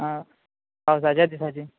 आं पावसाच्याच दिसाची